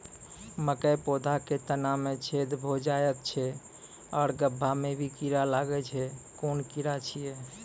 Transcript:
मकयक पौधा के तना मे छेद भो जायत छै आर गभ्भा मे भी कीड़ा लागतै छै कून कीड़ा छियै?